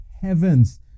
heavens